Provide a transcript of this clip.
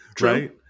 right